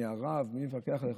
מי הרב, מי מפקח עליך?